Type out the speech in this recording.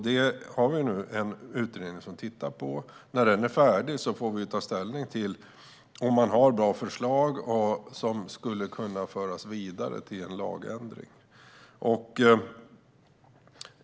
Vi har en utredning som tittar på detta, och när den är färdig får vi ta ställning till om det finns bra förslag som skulle kunna föras vidare till en lagändring.